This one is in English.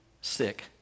sick